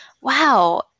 Wow